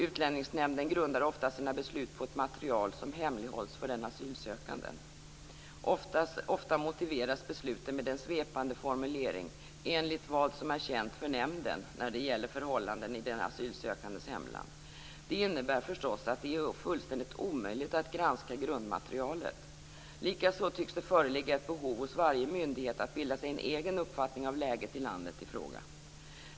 Utlänningsnämnden grundar ofta sina beslut på ett material som hemlighålls för asylsökanden. Ofta motiveras besluten med en svepande formulering, "enligt vad som är känt för nämnden", när det gäller förhållanden i asylsökandens hemland. Det innebär förstås att det är fullständigt omöjligt att granska grundmaterialet. Likaså tycks det föreligga ett behov hos varje myndighet av att bilda sig en egen uppfattning om läget i landet i fråga.